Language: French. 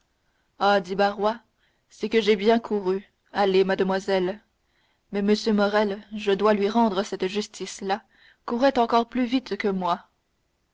ah dit barrois c'est que j'ai bien couru allez mademoiselle mais m morrel je dois lui rendre cette justice là courait encore plus vite que moi